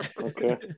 Okay